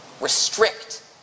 restrict